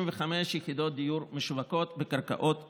יחידות דיור משווקות בקרקעות מדינה.